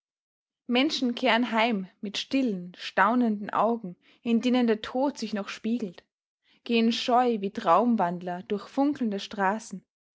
menschen kehren heim mit stillen staunenden augen in denen der tod sich noch spiegelt gehen scheu wie traumwandler durch funkelnde straßen